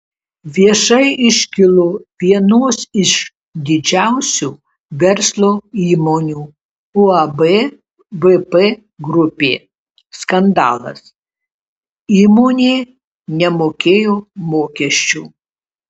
viešai iškilo vienos iš didžiausių verslo įmonių uab vp grupė skandalas įmonė nemokėjo mokesčių